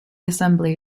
assembly